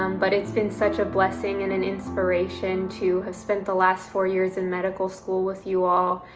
um but it's been such a blessing and an inspiration to have spent the last four years in medical school with you all.